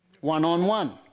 one-on-one